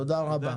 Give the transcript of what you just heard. תודה רבה.